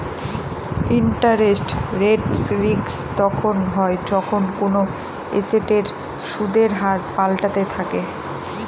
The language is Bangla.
ইন্টারেস্ট রেট রিস্ক তখন হয় যখন কোনো এসেটের সুদের হার পাল্টাতে থাকে